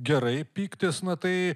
gerai pyktis na tai